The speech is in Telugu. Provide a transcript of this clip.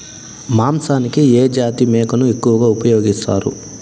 మాంసానికి ఏ జాతి మేకను ఎక్కువగా ఉపయోగిస్తారు?